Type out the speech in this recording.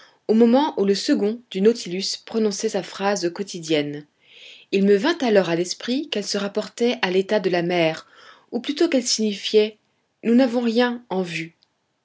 au moment ou le second du nautilus prononçait sa phrase quotidienne il me vint alors à l'esprit qu'elle se rapportait à l'état de la mer ou plutôt qu'elle signifiait nous n'avons rien en vue